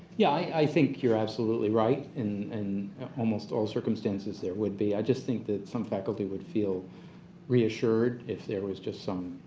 yeah. i think you're absolutely right and and almost all circumstances there would be i just think that some faculty would feel reassured if there was just some